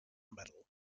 medal